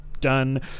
done